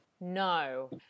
No